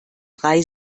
drei